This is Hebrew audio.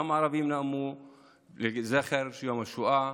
גם ערבים נאמו לזכר יום השואה,